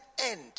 end